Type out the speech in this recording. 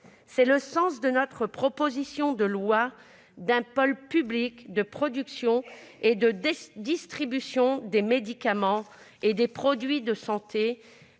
C'est le sens de notre proposition de loi portant création d'un pôle public de production et de distribution des médicaments et des produits de santé,